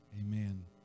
Amen